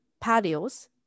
patios